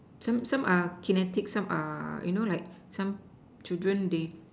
some some are kinetic some are you know like some children they